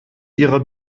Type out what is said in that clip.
ihrer